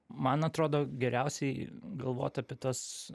man atrodo geriausiai galvot apie tas